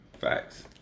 Facts